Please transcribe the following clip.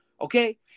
Okay